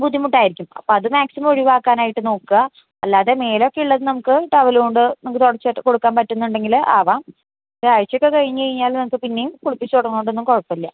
ബുദ്ധിമുട്ടായിരിക്കും അപ്പോള് അത് മാക്സിമം ഒഴിവാക്കാനായിട്ട് നോക്കുക അല്ലാതെ മേലൊക്കെയുള്ളത് നമുക്ക് ടവല് കൊണ്ട് നമുക്ക് തുടച്ചുകൊടുക്കാൻ പറ്റുന്നുണ്ടെങ്കില് ആവാം ഒരാഴ്ചയൊക്കെ കഴിഞ്ഞുകഴിഞ്ഞാല് നമുക്ക് പിന്നെയും കുളിപ്പിച്ചുതുടങ്ങുന്നോണ്ടൊന്നും കുഴപ്പമില്ല